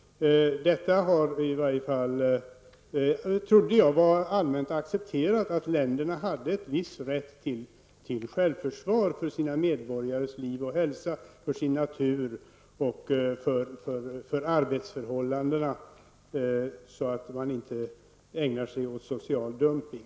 Jag trodde att det var allmänt accepterat att länderna har en viss rätt till självförsvar, för sina medborgares liv och hälsa, för sin natur och för arbetsförhållandena, så att social dumpning kan motverkas.